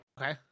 Okay